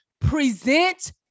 present